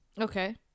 Okay